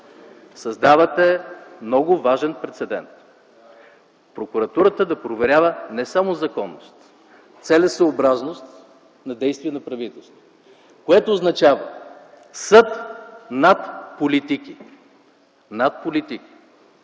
Създавате много важен прецедент. Прокуратурата да проверява не само законност, целесъобразност на действия на правителството, което означава съд над политиките. Над политиките!